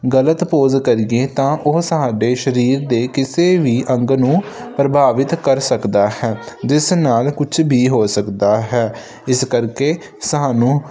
ਗਲਤ ਪੋਜ ਕਰੀਏ ਤਾਂ ਉਹ ਸਾਡੇ ਸਰੀਰ ਦੇ ਕਿਸੇ ਵੀ ਅੰਗ ਨੂੰ ਪ੍ਰਭਾਵਿਤ ਕਰ ਸਕਦਾ ਹੈ ਜਿਸ ਨਾਲ ਕੁਛ ਵੀ ਹੋ ਸਕਦਾ ਹੈ ਇਸ ਕਰਕੇ ਸਾਨੂੰ